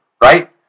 right